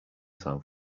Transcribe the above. san